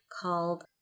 called